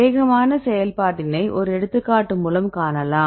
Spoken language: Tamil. வேகமான செயல் பாட்டினை ஒரு எடுத்துக்காட்டு மூலம் காணலாம்